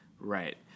Right